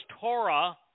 Torah